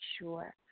sure